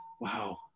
wow